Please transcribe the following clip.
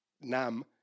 Nam